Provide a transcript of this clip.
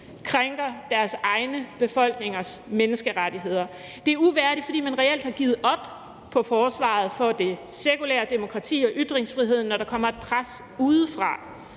krænker deres egne befolkningers menneskerettigheder. Det er uværdigt, fordi man reelt har givet op for forsvaret af det sekulære demokrati og ytringsfriheden, når der kommer et pres udefra,